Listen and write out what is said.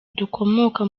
dukomoka